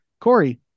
Corey